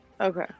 Okay